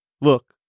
Look